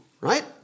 right